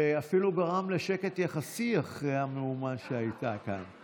ואפילו גרמת לשקט יחסי אחרי המהומה שהייתה כאן.